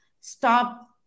stop